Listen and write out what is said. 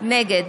נגד